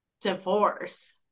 divorce